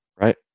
Right